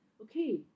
Okay